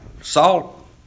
Salt